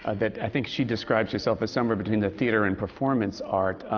ah that i think she describes herself as somewhere between the theatre and performance art.